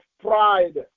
pride